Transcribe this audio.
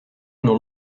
non